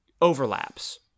overlaps